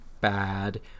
bad